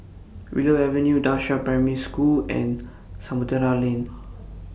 Willow Avenue DA Qiao Primary School and Samudera Lane